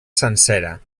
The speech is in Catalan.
sencera